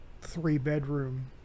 three-bedroom